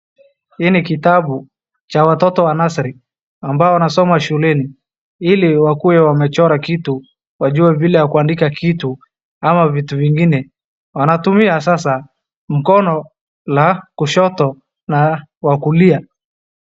Hii ni kitabu cha watoto wa nursery ambao wanasoma shuleni ili wakue wamechora kitu wajue vile ya kuandika kitu ama vitu vingine. Wanatumia sasa mkono la kushoto na wa kulia.